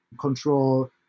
control